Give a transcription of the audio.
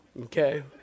okay